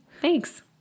Thanks